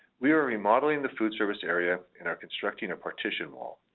we are remodeling the food service area and are constructing a partition wall.